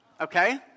Okay